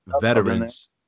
Veterans